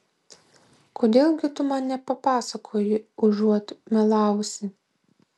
kodėl gi tu man nepapasakoji užuot melavusi